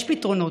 יש פתרונות.